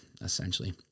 essentially